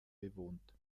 bewohnt